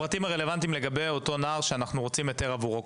הפרטים הרלוונטיים לגבי אותו נער שאנחנו רוצים פרטים עבורו.